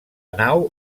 nau